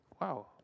Wow